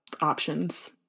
options